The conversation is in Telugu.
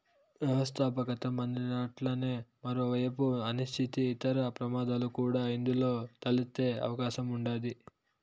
వ్యవస్థాపకతం అట్లనే మరో ఏపు అనిశ్చితి, ఇతర ప్రమాదాలు కూడా ఇందులో తలెత్తే అవకాశం ఉండాది